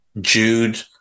Jude